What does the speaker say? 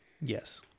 Yes